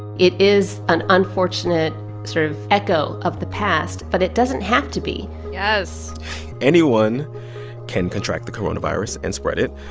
it is an unfortunate sort of echo of the past, but it doesn't have to be yes anyone can contract the coronavirus and spread it.